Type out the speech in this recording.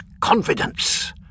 confidence